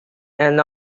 and